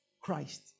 Christ